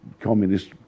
Communist